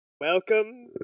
Welcome